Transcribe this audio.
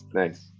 nice